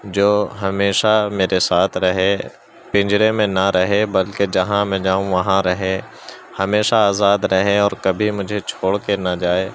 جو ہمیشہ میرے ساتھ رہے پنجرے میں نہ رہے بلکہ جہاں میں جاؤں وہاں رہے ہمیشہ آزاد رہے اور کبھی مجھے چھوڑ کے نہ جائے